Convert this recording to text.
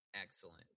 excellent